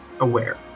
aware